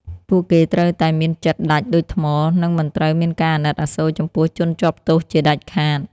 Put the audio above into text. ពួកគេត្រូវតែមានចិត្តដាច់ដូចថ្ម និងមិនត្រូវមានការអាណិតអាសូរចំពោះជនជាប់ទោសជាដាច់ខាត។